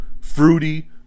Fruity